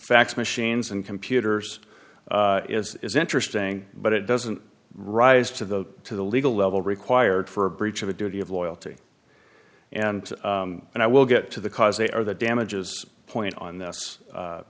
fax machines and computers is interesting but it doesn't rise to the to the legal level required for a breach of a duty of loyalty and i will get to the cause they are the damages point on this